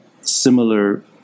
similar